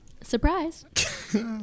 Surprise